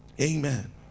Amen